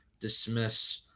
dismiss